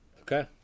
Okay